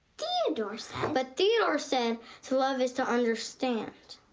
theodore said but theodore said to love is to understand.